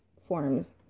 forms